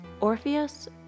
Orpheus